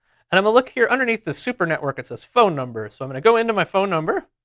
and i'm gonna look here underneath the super network, it says phone number. so i'm gonna go into my phone number.